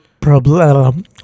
problem